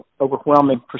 overwhelming